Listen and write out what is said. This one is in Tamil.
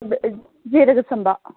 இது சீரக சம்பா